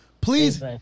Please